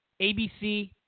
ABC